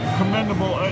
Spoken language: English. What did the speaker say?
commendable